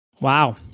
Wow